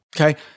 Okay